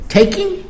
Taking